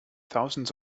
thousands